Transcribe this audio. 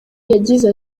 yagize